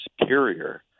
superior